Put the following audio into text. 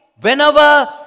whenever